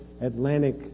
Atlantic